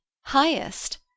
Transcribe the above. Highest